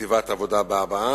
כתיבת עבודה בהבעה,